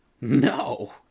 No